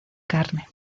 carne